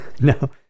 No